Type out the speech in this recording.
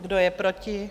Kdo je proti?